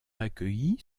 accueillis